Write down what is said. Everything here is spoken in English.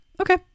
Okay